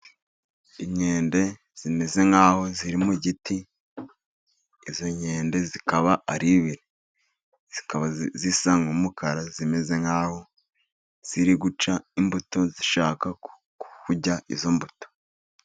Inkende zimeze nk'aho ziri mu giti. Izi nkende zikaba ari ebyiri zisa n'umukara. Zimeze nk'aho ziri guca imbuto, zishaka kurya izo mbuto.